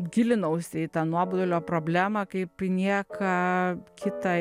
gilinausi į tą nuobodulio problemą kaip į nieką kitą